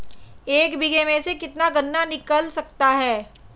एक बीघे में से कितना गन्ना निकाल सकते हैं?